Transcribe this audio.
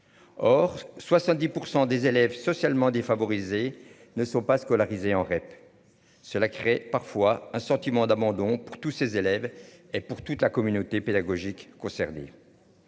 Or, 70% des élèves socialement défavorisés ne sont pas scolarisés en REP. Cela crée parfois un sentiment d'abandon pour tous ces élèves et pour toute la communauté pédagogique concernés.